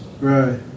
Right